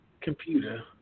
computer